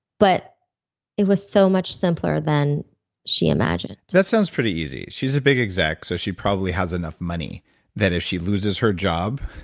but it was so much simpler than she imagined that sounds pretty easy. she's a big exec, so she probably has enough money that if she loses her job,